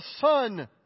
son